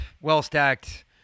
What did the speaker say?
well-stacked